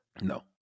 No